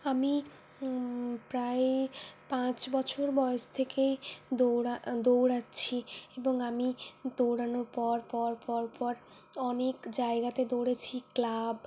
আমি প্রায় পাঁচ বছর বয়েস থেকেই দৌড়া দৌড়াচ্ছি এবং আমি দৌড়ানোয় পর পর পর পর অনেক জায়গাতে দৌড়েছি ক্লাব